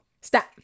Stop